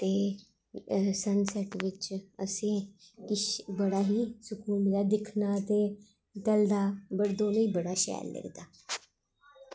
ते सनसैट बिच्च अस किश बड़ा गै सकून मिलदा ते बड़ा शैल लगदा